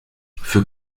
für